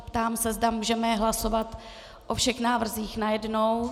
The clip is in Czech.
Ptám se, zda můžeme hlasovat o všech návrzích najednou.